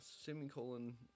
semicolon